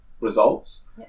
results